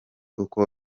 uko